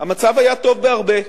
המצב היה טוב בהרבה,